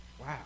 Wow